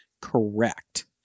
correct